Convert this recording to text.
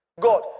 God